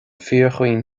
fíorchaoin